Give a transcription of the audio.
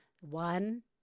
One